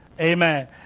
Amen